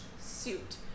suit